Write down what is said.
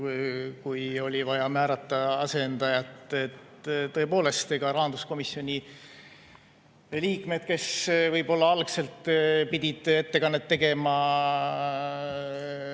kui oli vaja määrata asendajat. Tõepoolest, ega rahanduskomisjoni liikmed, kes algselt pidid ettekannet tegema